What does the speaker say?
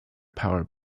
power